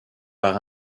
par